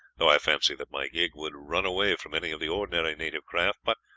though i fancy that my gig would run away from any of the ordinary native craft but,